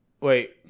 Wait